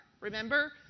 Remember